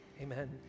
Amen